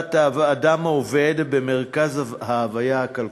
להעמדת האדם העובד במרכז ההוויה הכלכלית.